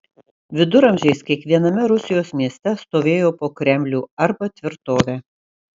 viduramžiais kiekviename rusijos mieste stovėjo po kremlių arba tvirtovę